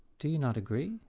do you not agree?